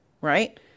right